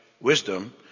wisdom